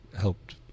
helped